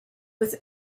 with